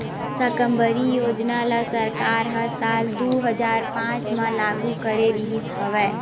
साकम्बरी योजना ल सरकार ह साल दू हजार पाँच म लागू करे रिहिस हवय